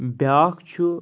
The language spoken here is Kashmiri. بیٛاکھ چھُ